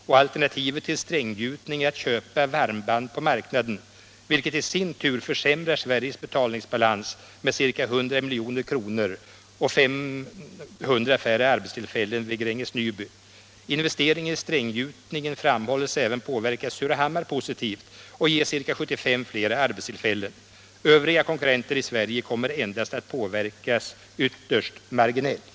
Och alternativet till stränggjutning är att köpa varmband på marknaden, vilket i sin tur försämrar Sveriges betalningsbalans med ca 100 milj.kr. och ger 500 färre arbetstillfällen vid Gränges Nyby. Investeringen i stränggjutning skulle även, framhåller man, påverka Surahammar positivt och ge ca 75 fler arbetstillfällen. Övriga konkurrenter i Sverige kommer endast att påverkas ytterst marginellt.